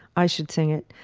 i should sing it.